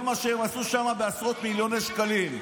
מה שהם עשו שם בעשרות מיליוני שקלים.